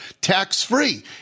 tax-free